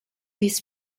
his